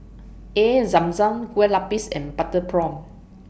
Air Zam Zam Kueh Lupis and Butter Prawn